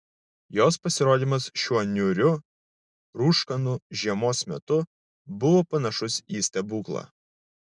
jos pasirodymas šiuo niūriu rūškanu žiemos metu buvo panašus į stebuklą